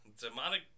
demonic